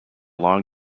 long